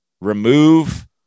remove